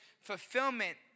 fulfillment